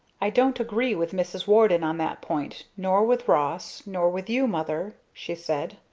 i don't agree with mrs. warden on that point, nor with ross, nor with you, mother, she said,